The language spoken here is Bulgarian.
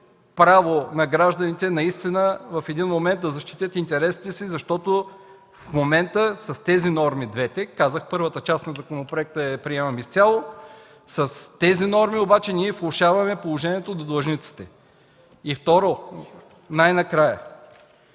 право на гражданите наистина в един момент да защитят интересите си, защото в момента с тези двете норми – казах, че първата част от законопроекта я приемам изцяло, обаче с тези норми ние влошаваме положението на длъжниците. Второ, най-накрая